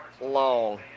long